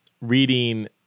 reading